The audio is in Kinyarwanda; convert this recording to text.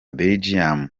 belgium